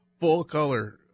full-color